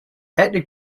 ethnic